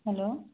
hello